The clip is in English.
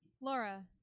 Laura